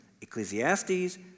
Ecclesiastes